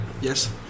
Yes